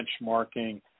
benchmarking